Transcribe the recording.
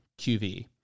QV